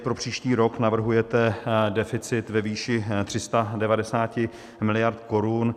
Pro příští rok navrhujete deficit ve výši 390 miliard korun.